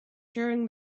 during